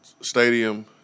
Stadium